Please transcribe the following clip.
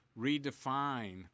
redefine